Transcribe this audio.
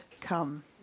come